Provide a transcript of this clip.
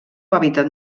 hàbitat